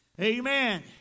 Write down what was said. Amen